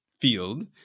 field